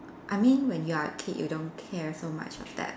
I mean when you are a kid you don't care so much of that